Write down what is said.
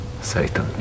Satan